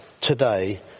today